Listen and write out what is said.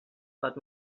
pot